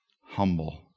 humble